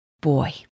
boy